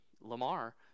Lamar